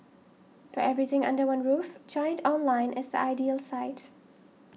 for everything under one roof Giant Online is the ideal site